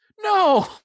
No